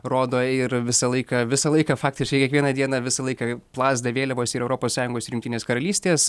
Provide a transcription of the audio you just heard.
rodo ir visą laiką visą laiką faktiškai kiekvieną dieną visą laiką plazda vėliavos ir europos sąjungos ir jungtinės karalystės